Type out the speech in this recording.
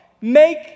Make